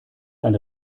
eine